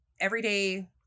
everyday